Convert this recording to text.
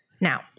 Now